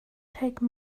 take